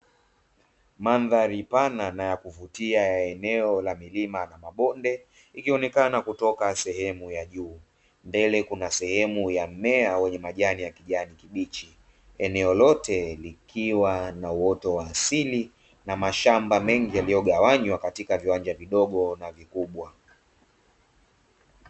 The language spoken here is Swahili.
Mandhari pana na yakuvutia ya eneo ya milima na mabonde ikionekana kutoka sehemu ya juu, mbele kuna sehemu ya mmea wenye majani ya kijani kibichi eneo lote likiwa na uoto wa asili na mashamba mengi yaliyogawanywa katika viwanja vidogo na vikubwa.